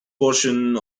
portion